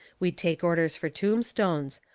we take orders for tombstones.